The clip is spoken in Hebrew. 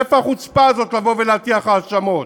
מאיפה החוצפה הזאת לבוא ולהטיח האשמות?